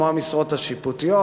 כמו המשרות השיפוטיות,